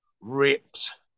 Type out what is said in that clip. ripped